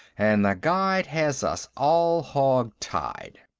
and the guide has us all hog-tied.